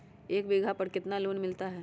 एक बीघा पर कितना लोन मिलता है?